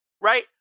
Right